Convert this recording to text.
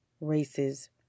races